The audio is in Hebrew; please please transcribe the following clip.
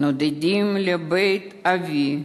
נודדים לבית אבי,